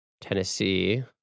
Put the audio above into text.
Tennessee